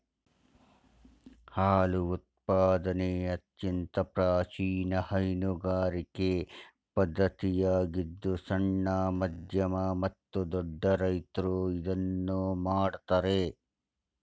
ಹಾಲು ಉತ್ಪಾದನೆ ಅತ್ಯಂತ ಪ್ರಾಚೀನ ಹೈನುಗಾರಿಕೆ ಪದ್ಧತಿಯಾಗಿದ್ದು ಸಣ್ಣ, ಮಧ್ಯಮ ಮತ್ತು ದೊಡ್ಡ ರೈತ್ರು ಇದನ್ನು ಮಾಡ್ತರೆ